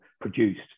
produced